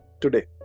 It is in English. today